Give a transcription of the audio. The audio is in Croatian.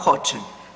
Hoće.